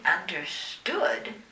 understood